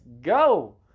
go